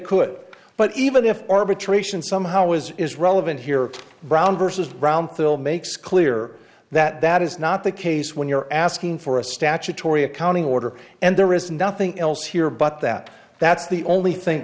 could but even if arbitration somehow was is relevant here brown versus brown film makes clear that that is not the case when you're asking for a statutory accounting order and there is nothing else here but that that's the only thin